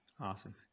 Awesome